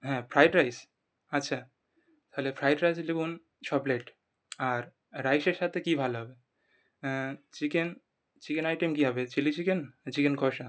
হ্যাঁ fried rice আচ্ছা তাহলে ফ্রায়েড রাইসে লিখুন ছ প্লেট আর রাইসের সাথে কী ভালো হবে চিকেন চিকেন আইটেম কী হবে চিলি চিকেন না চিকেন কষা